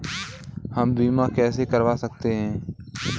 हम बीमा कैसे करवा सकते हैं?